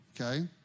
Okay